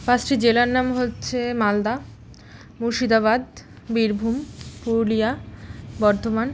পাঁচটি জেলার নাম হচ্ছে মালদা মুর্শিদাবাদ বীরভূম পুরুলিয়া বর্ধমান